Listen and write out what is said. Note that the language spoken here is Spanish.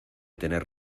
tener